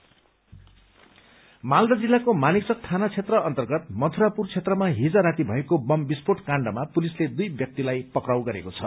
arrest Malda जिल्लाको मानिकचक थाना क्षेत्र अन्तर्गत मधुरापुर क्षेत्रमा हिज राती भएको बम विस्फोट काण्डमा पुलिसले दुइ व्यक्तिलाई पक्राउ गरेको छ